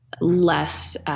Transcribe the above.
less